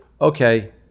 okay